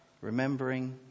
Remembering